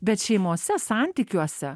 bet šeimose santykiuose